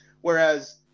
Whereas